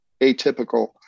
atypical